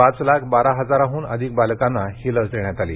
पाच लाख बारा हजारापेक्षा अधिक बालकांना ही लस देण्यात आली